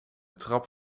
trap